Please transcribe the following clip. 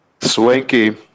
Swanky